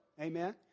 Amen